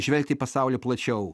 žvelgti į pasaulį plačiau